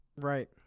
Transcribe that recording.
Right